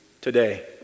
today